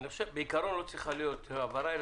בעיקרון צריכה להיות הבהרה.